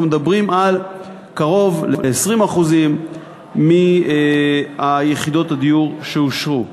אנחנו מדברים על קרוב ל-20% מיחידות הדיור שאושרו.